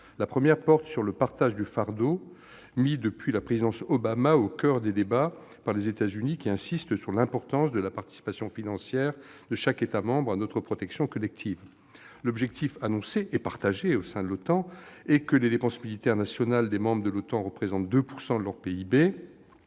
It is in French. La première porte sur le partage du fardeau, mis au coeur des débats depuis la présidence Obama par les États-Unis, qui insistent sur l'importance de la participation financière de chaque État membre à notre protection collective. L'objectif annoncé et partagé est que les dépenses militaires nationales des membres de l'OTAN atteignent 2 % de leur PIB.